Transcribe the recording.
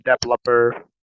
developer